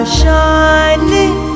shining